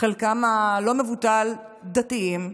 חלקם הלא-מבוטל דתיים.